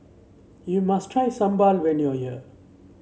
you must try Sambal when you are here